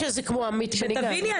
שתביני,